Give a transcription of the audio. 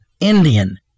Indian